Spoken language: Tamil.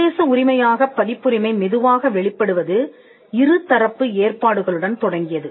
சர்வதேச உரிமையாக பதிப்புரிமை மெதுவாக வெளிப்படுவது இருதரப்பு ஏற்பாடுகளுடன் தொடங்கியது